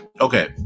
okay